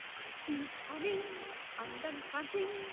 i feel stunning and entrancing,